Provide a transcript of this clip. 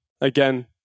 again